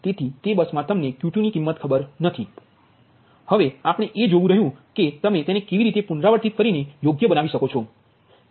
તેથી આપણે એ જોવું રહ્યું કે તમે તેને કેવી રીતે પુનરાવર્તિત કરી ને યોગ્ય બનાવી શકો છો